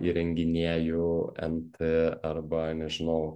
įrenginėju nt arba nežinau